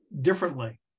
differently